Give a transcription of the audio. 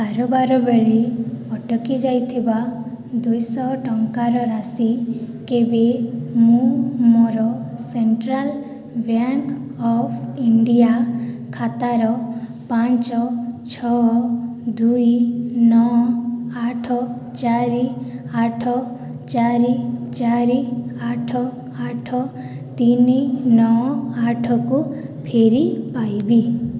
କାରବାର ବେଳେ ଅଟକି ଯାଇଥିବା ଦୁଇଶହ ଟଙ୍କାର ରାଶି କେବେ ମୁଁ ମୋର ସେଣ୍ଟ୍ରାଲ୍ ବ୍ୟାଙ୍କ୍ ଅଫ୍ ଇଣ୍ଡିଆ ଖାତାର ପାଞ୍ଚ ଛଅ ଦୁଇ ନଅ ଆଠ ଚାରି ଆଠ ଚାରି ଚାରି ଆଠ ଆଠ ତିନି ନଅ ଆଠ କୁ ଫେରି ପାଇବି